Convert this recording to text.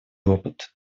опыт